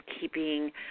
keeping